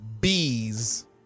bees